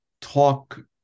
talk